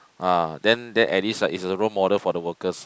ah then then at least like is a role model for the workers